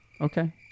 Okay